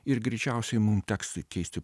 ir greičiausiai mum teks keisti